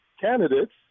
candidates